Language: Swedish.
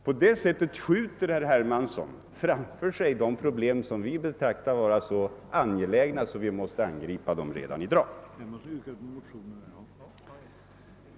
På det sättet skjuter herr Hermansson framför sig de problem som vi anser vara så angelägna att de måste angripas redan i dag.